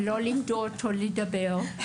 לא לימדו אותו לדבר.